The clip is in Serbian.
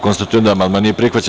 Konstatujem da amandman nije prihvaćen.